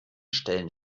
stellen